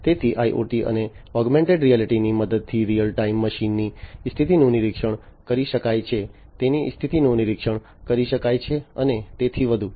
તેથી IoT અને augmented રિયાલિટીની મદદથી રિયલ ટાઇમ મશીનની સ્થિતિનું નિરીક્ષણ કરી શકાય છે તેમની સ્થિતિનું નિરીક્ષણ કરી શકાય છે અને તેથી વધુ